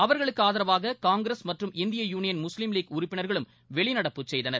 அவர்களுக்கு ஆதரவாக காங்கிரஸ் மற்றம் இந்திய யுனியன் முஸ்லீம் லீக் உறப்பினர்களும் வெளிநடப்பு செய்தனர்